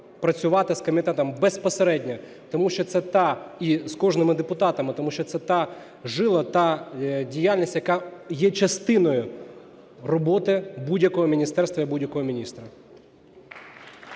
працювати з комітетом безпосередньо, тому що це та… і з кожними депутатами, тому що це та жила, та діяльність, яка є частиною роботи будь-якого міністерства і будь-якого міністра.